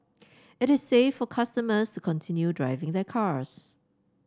it is safe for customers to continue driving their cars